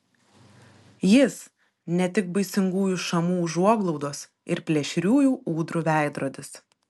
jis ne tik baisingųjų šamų užuoglaudos ir plėšriųjų ūdrų veidrodis